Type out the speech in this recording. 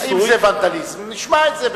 אם זה ונדליזם, נשמע את זה.